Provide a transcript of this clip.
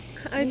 I